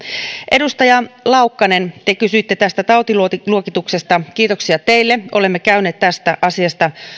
edustaja laukkanen te kysyitte tästä tautiluokituksesta kiitoksia teille olemme käyneet tästä asiasta